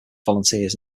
volunteers